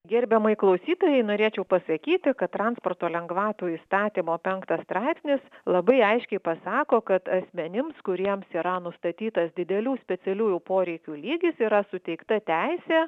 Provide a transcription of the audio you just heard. gerbiamai klausytojai norėčiau pasakyti kad transporto lengvatų įstatymo penktas straipsnis labai aiškiai pasako kad asmenims kuriems yra nustatytas didelių specialiųjų poreikių lygis yra suteikta teisė